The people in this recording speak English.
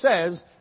says